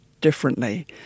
differently